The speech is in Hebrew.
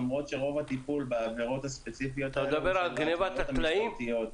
למרות שרוב הטיפול בעבירות הספציפיות האלה היו בערכאות המשפטיות.